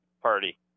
party